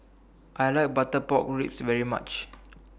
I like Butter Pork Ribs very much